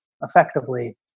Effectively